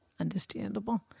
Understandable